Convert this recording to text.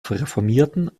reformierten